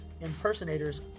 impersonators